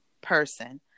person